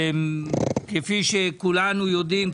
כפי שכולנו יודעים,